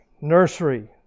Nursery